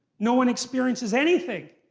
no one experiences anything.